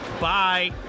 Bye